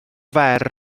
fer